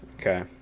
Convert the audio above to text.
okay